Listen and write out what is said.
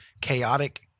chaotic